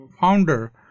founder